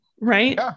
Right